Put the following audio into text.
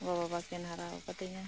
ᱜᱚᱼᱵᱟᱵᱟ ᱠᱤᱱ ᱦᱟᱨᱟᱣ ᱠᱟᱫᱤᱧᱟ